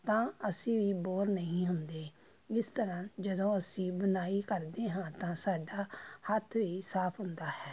ਤਾਂ ਅਸੀਂ ਵੀ ਬੋਰ ਨਹੀਂ ਹੁੰਦੇ ਇਸ ਤਰ੍ਹਾਂ ਜਦੋਂ ਅਸੀਂ ਬੁਣਾਈ ਕਰਦੇ ਹਾਂ ਤਾਂ ਸਾਡਾ ਹੱਥ ਵੀ ਸਾਫ਼ ਹੁੰਦਾ ਹੈ